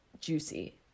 juicy